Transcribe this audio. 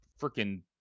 freaking